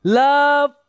love